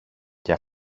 και